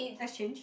exchange